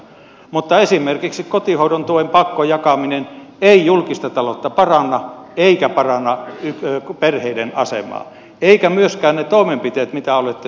mutta esimerkiksi kotihoidon tuen pakkojakaminen ei julkista taloutta paranna eikä paranna perheiden asemaa eivätkä myöskään ne toimenpiteet mitä olette suunnitelleet ja ajatelleet